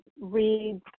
read